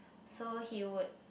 so he would